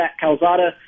Calzada